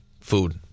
food